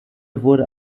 wurde